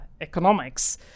economics